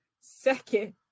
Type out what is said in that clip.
Second